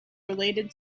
related